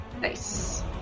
Nice